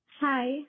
Hi